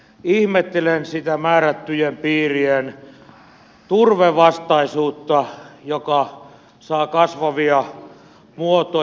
ihmettelen sitä määrättyjen piirien turvevastaisuutta joka saa kasvavia muotoja